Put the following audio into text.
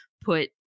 put